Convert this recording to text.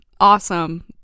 awesome